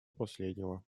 последнего